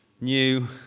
new